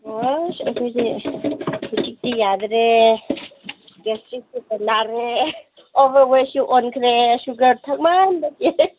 ꯑꯁ ꯑꯩꯈꯣꯏꯗꯤ ꯍꯧꯖꯤꯛꯇꯤ ꯌꯥꯗ꯭ꯔꯦ ꯑꯣꯚꯔ ꯋꯦꯠꯁꯨ ꯑꯣꯟꯈ꯭ꯔꯦ ꯁꯨꯒꯔ ꯊꯛꯃꯟꯕꯒꯤ